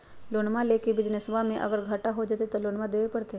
लोनमा लेके बिजनसबा मे अगर घाटा हो जयते तो लोनमा देवे परते?